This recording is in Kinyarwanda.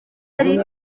ari